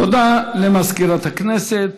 תודה למזכירת הכנסת.